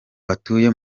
batuye